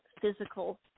physical